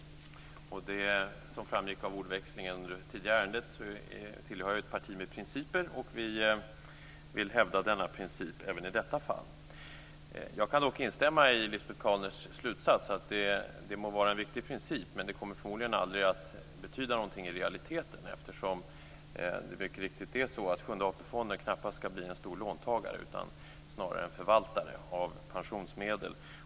Som framgick av ordväxlingen under det tidigare ärendet tillhör jag ett parti med principer. Och vi vill hävda denna princip även i detta fall. Jag kan dock instämma i Lisbet Calners slutsats, att det må vara en viktig princip men att det förmodligen aldrig kommer att betyda något i realiteten, eftersom det mycket riktigt är så att Sjunde AP fonden knappast ska bli en stor låntagare utan snarare en förvaltare av pensionsmedel.